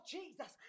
Jesus